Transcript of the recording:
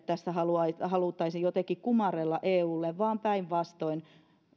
tässä haluttaisiin jotenkin kumarrella eulle vaan päinvastoin